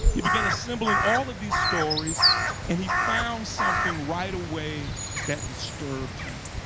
he began assembling all of these stories and he found something right away that disturbed him.